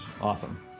Awesome